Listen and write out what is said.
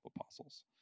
apostles